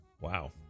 Wow